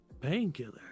Painkiller